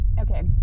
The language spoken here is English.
Okay